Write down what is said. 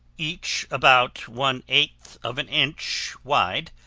each about one eight of an inch wide,